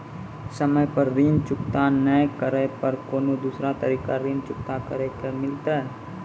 समय पर ऋण चुकता नै करे पर कोनो दूसरा तरीका ऋण चुकता करे के मिलतै?